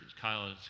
Kyle